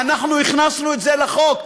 אנחנו הכנסנו את זה לחוק,